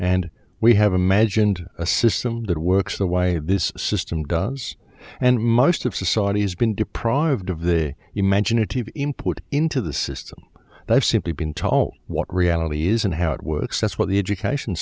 and we have imagined a system that works the way this system does and most of society has been deprived of the you mentioned it to import into the system i've simply been taught what reality is and how it works that's what the education